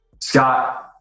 Scott